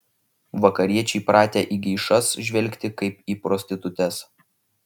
vakariečiai pratę į geišas žvelgti kaip į prostitutes